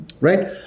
right